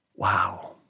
wow